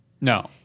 No